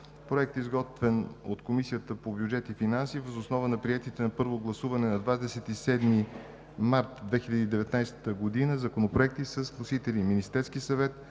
проект, изготвен от Комисията по бюджет и финанси въз основа на приетите на първо гласуване на 27 март 2019 г. законопроекти с вносители Министерски съвет